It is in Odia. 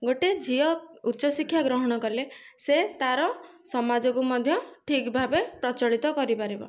ଗୋଟିଏ ଝିଅ ଉଚ୍ଚ ଶିକ୍ଷା ଗ୍ରହଣ କଲେ ସେ ତାର ସମାଜକୁ ମଧ୍ୟ ଠିକ ଭାବରେ ପ୍ରଚଳିତ କରିପାରିବ